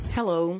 Hello